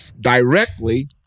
directly